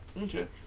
Okay